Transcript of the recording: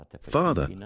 Father